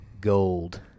gold